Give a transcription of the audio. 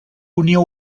unió